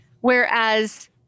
Whereas